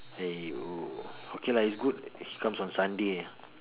!aiyo! okay lah it's good he comes on Sunday